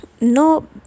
No